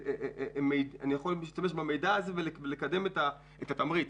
אני יכול להשתמש במידע הזה ולקדם את התמריץ.